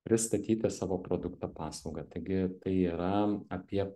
pristatyti savo produktą paslaugą taigi tai yra apie